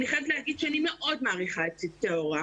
אני חייבת להגיד שאני מאוד מעריכה את צוותי ההוראה.